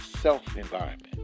self-environment